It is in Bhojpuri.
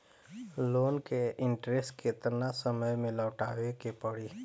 लोन के इंटरेस्ट केतना समय में लौटावे के पड़ी?